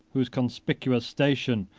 whose conspicuous station,